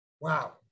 Wow